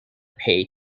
pay